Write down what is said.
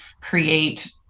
create